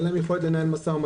אין להם יכולת לנהל משא-ומתן.